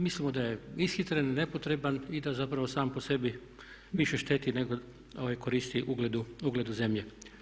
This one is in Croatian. Mislimo da je ishitren, nepotreban i da zapravo sam po sebi više šteti nego koristi ugledu zemlje.